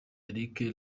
eric